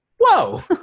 whoa